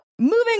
Moving